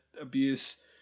abuse